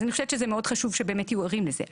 אני חושבת שזה מאוד חשוב שיהיו ערים לזה.